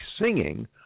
singing